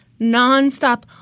nonstop